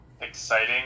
exciting